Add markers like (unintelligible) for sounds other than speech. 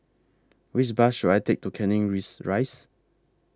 Which Bus should I Take to Canning (unintelligible) Rise